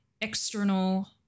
external